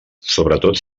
sobretot